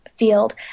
Field